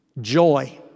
Joy